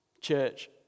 Church